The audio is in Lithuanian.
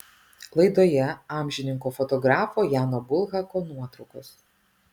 laidoje amžininko fotografo jano bulhako nuotraukos